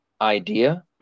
idea